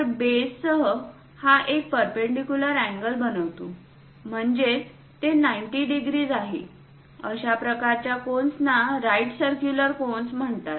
तर बेससह हा एक परपेंडीकुलर अँगल बनवितो म्हणजेच ते 90 डिग्रीज आहे अशा प्रकारच्या कोन्सना राईट सर्क्युलर कोन्स म्हणतात